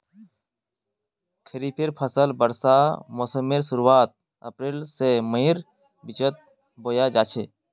खरिफेर फसल वर्षा मोसमेर शुरुआत अप्रैल से मईर बिचोत बोया जाछे